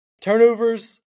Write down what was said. turnovers